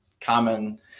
common